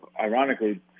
Ironically